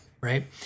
right